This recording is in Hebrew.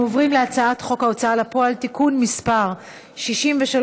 אנחנו עוברים להצעת חוק ההוצאה לפועל (תיקון מס' 63),